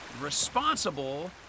responsible